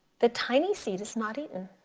the tiny seed is not eaten.